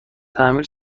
تعمیر